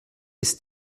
ist